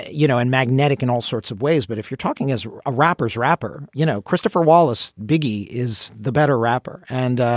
you know, and magnetic and all sorts of ways. but if you're talking as a rappers rapper, you know, christopher wallace, biggie is the better rapper. and,